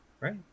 Right